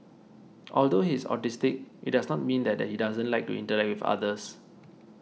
although he is autistic it does not mean that he doesn't like to interact with others